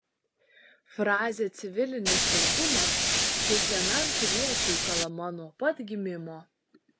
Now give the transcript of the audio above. frazė civilinis saugumas kiekvienam piliečiui kalama nuo pat gimimo